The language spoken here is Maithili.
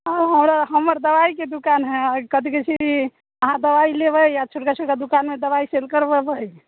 हमरा हमर दवाइके दुकान हय कथी कहैत छी अहाँ दवाइ लेबै आ छोटका छोटका दुकानमे दवाइ सेल करबेबै